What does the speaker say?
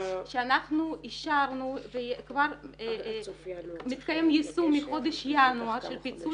שאנחנו אישרנו וכבר מתקיים יישום מחודש ינואר של פיצול